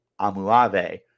Amuave